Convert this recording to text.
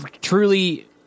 Truly